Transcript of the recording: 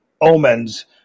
omens